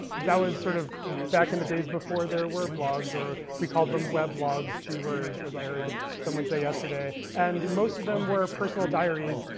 that was sort of back in the days before there were blogs. or we called them web logs two words as i heard someone say yesterday. and most of them were personal diaries,